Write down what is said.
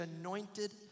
anointed